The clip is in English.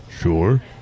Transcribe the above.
sure